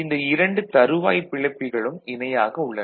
இந்த இரண்டு தறுவாய்ப் பிளப்பிகளும் இணையாக உள்ளன